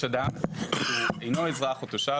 יש אדם שהוא אינו אזרח או תושב,